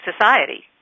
society